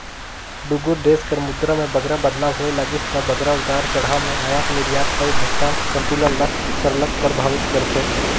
दुगोट देस कर मुद्रा में बगरा बदलाव होए लगिस ता बगरा उतार चढ़ाव में अयात निरयात अउ भुगतान संतुलन ल सरलग परभावित करथे